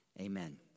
amen